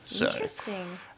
Interesting